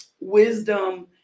wisdom